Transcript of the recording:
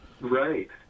Right